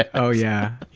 ah oh yeah,